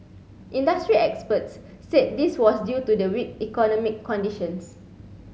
industry experts said this was due to the weak economic conditions